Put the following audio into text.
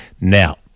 Now